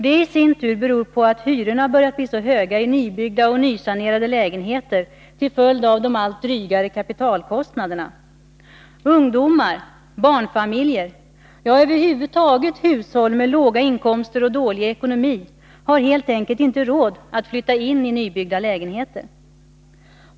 Det i sin tur beror på att hyrorna börjat bli så höga i nybyggda och nysanerade lägenheter, till följd av de allt drygare kapitalkostnaderna. Ungdomar, barnfamiljer, över huvud taget hushåll med låga inkomster och dålig ekonomi har helt enkelt inte råd att flytta in i nybyggda lägenheter.